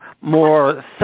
more